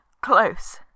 Close